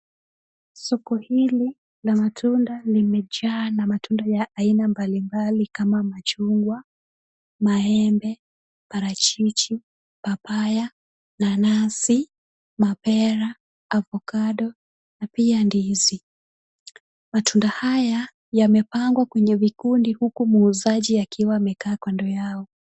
Soko hili la matunda limejaa na matunda ya aina mbalimbali kama machungwa, maembe, parachichi, papaya, nanasi, mapera, avocado na pia ndizi. Matunda haya yamepangwa kwenye vikundi huku muuzaji akiwa amekaa kando yao.